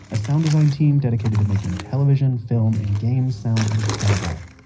a sound design team dedicated to making television, film, and games sound incredible.